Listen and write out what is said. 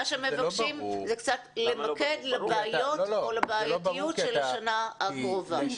מה שמבקשים זה קצת למקד לבעיות או לבעייתיות של השנה הקרובה.